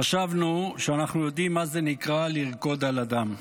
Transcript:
חשבנו שאנחנו יודעים מה זה נקרא לרקוד על הדם,